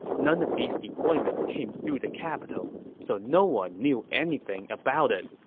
none of these deployments came through the capital, so no one knew anything about it.